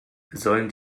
sollen